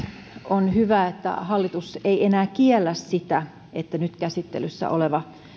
on hyvä että hallitus ei enää kiellä sitä että nyt käsittelyssä oleva